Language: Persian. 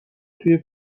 توی